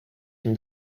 from